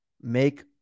make